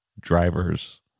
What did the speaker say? drivers